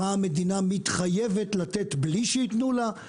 מה המדינה מתחייבת לתת בלי שייתנו לה,